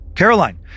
Caroline